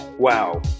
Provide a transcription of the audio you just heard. Wow